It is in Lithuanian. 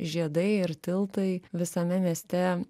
žiedai ir tiltai visame mieste